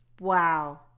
Wow